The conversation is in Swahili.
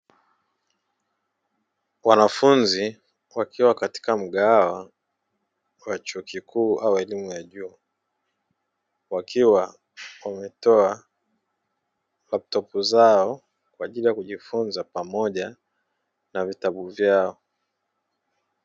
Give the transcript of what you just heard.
Wanafunzi wakiwa katika mgahawa wa chuo kikuu au elimu ya juu wakiwa wametoa "laptop" zao, kwa ajili ya kujifunza pamoja na vitabu vyao.